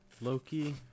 Loki